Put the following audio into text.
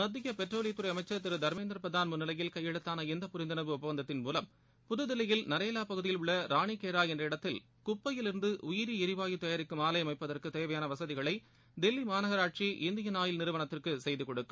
மத்தியப் பெட்ரோலியத்துறை அமைச்சர் திரு தர்மேந்திர பிரதான் முன்னிலையில் கையெழுத்தான இந்த புரிந்துணர்வு ஒப்பந்தத்தின் மூவம் புதுதில்லியில் நரேவா பகுதியில் உள்ள ராணிக்கேரா என்ற இடத்தில் குப்பையில் இருந்து உயிரி எரிவாயு தயாரிக்கும் ஆலை அமைப்பதற்குத் தேவையான வசதிகளை தில்லி மாநகராட்சி இந்தியன் ஆயில் நிறுவனத்திற்கு செய்து கொடுக்கும்